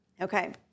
Okay